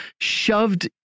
shoved